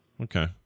okay